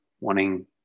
wanting